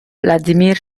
vladimir